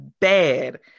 bad